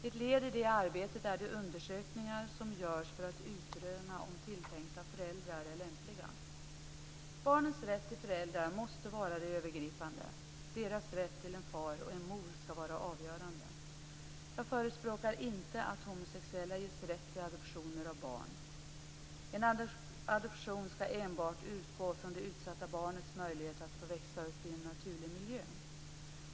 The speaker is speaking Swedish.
Ett led i detta arbete är de undersökningar som görs för att utröna om tilltänkta föräldrar är lämpliga. Barnens rätt till föräldrar måste vara det övergripande. Deras rätt till en far och en mor ska vara avgörande. Jag förespråkar inte att homosexuella ges rätt till adoptioner av barn. En adoption ska enbart utgå från det utsatta barnets möjligheter att få växa upp i en naturlig miljö.